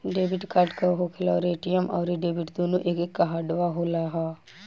Debit card का होखेला और ए.टी.एम आउर डेबिट दुनों एके कार्डवा ह का?